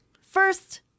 First